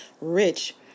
rich